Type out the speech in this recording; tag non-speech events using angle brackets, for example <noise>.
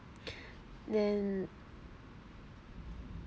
<breath> then